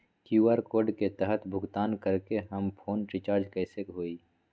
QR code के तहद भुगतान करके हम फोन रिचार्ज कैसे होई?